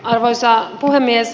arvoisa puhemies